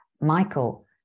Michael